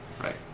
Right